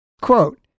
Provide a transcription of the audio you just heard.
quote